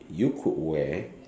you could wear